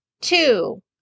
Two